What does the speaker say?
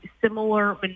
similar